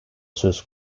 söz